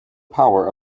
power